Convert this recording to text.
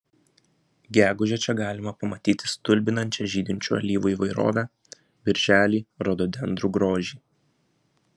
gegužę čia galima pamatyti stulbinančią žydinčių alyvų įvairovę birželį rododendrų grožį